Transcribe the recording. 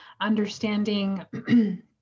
understanding